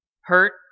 hurt